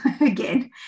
again